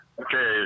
Okay